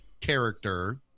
character